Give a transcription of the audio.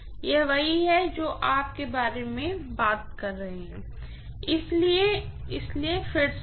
यह वही है जो आप के बारे में बात कर रहे हैं ठीक है इसलिए फिर से आओ